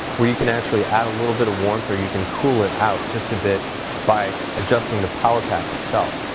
where you can actually add a little bit of warmth or you can cool it out just a bit by adjusting the power pack itself.